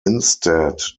instead